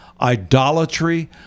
idolatry